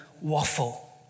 waffle